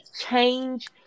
change